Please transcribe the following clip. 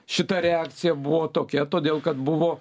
šita reakcija buvo tokia todėl kad buvo